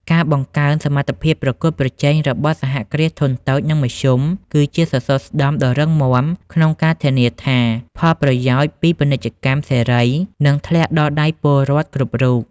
ការបង្កើនសមត្ថភាពប្រកួតប្រជែងរបស់សហគ្រាសធុនតូច និងមធ្យម គឺជាសសរស្តម្ភដ៏រឹងមាំក្នុងការធានាថា ផលប្រយោជន៍ពីពាណិជ្ជកម្មសេរីនឹងធ្លាក់ដល់ដៃពលរដ្ឋគ្រប់រូប។